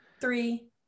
three